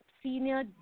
Senior